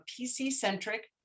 PC-centric